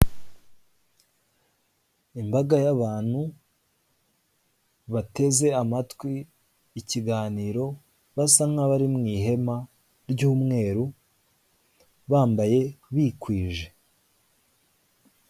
Imbaga y'abantu bateze amatwi ikiganiro, basa nk'abari mu ihema ry'umweru, bambaye, bikwije.